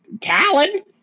Talon